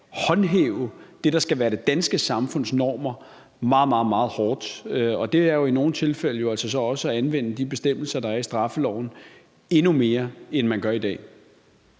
håndhæve det, der skal være det danske samfunds normer, meget, meget hårdt. Og det er jo i nogle tilfælde altså også at anvende de bestemmelser, der er i straffeloven, endnu mere, end man gør i dag.